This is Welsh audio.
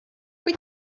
pwy